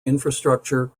infrastructure